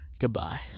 Goodbye